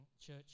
church